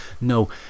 no